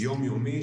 יומיומי,